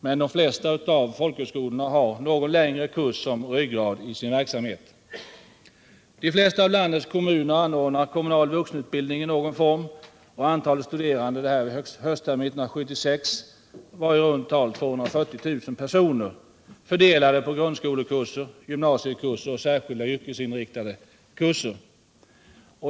Men de flesta folkhögskolor har någon längre kurs som ryggrad i sin verksamhet. De flesta av landets kommuner anordnar kommunal vuxenutbildning i någon form, och antalet studerande vid höstterminen 1976 var i runt tal 240 000 personer, fördelade på grundskolekurser, gymnasiekurser och särskilda yrkesinriktade kurser.